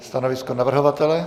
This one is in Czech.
Stanovisko navrhovatele?